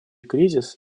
кризис